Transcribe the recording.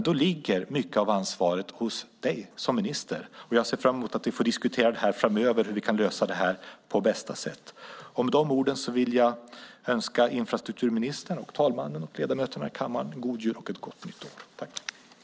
Då ligger mycket av ansvaret hos dig som minister, och jag ser fram emot att framöver få diskutera hur vi kan lösa detta på bästa sätt. Med de orden vill jag önska infrastrukturministern, talmannen och ledamöterna i kammaren en god jul och ett gott nytt år.